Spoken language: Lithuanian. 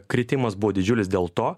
kritimas buvo didžiulis dėl to